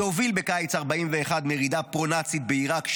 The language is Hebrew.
שהוביל בקיץ 41 מרידה פרו-נאצית בעיראק,